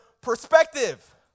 perspective